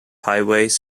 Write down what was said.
highways